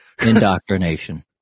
Indoctrination